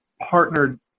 partnered